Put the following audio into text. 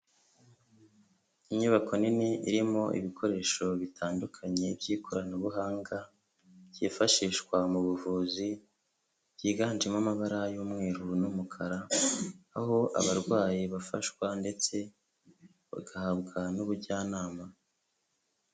Inyubako nini irimo ibikoresho bitandukanye by'ikoranabuhanga byifashishwa mu buvuzi, byiganjemo amabara y'umweru n'umukara, aho abarwayi bafashwa ndetse bagahabwa n'ubujyanama.